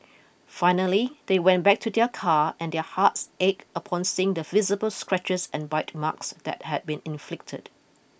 finally they went back to their car and their hearts ached upon seeing the visible scratches and bite marks that had been inflicted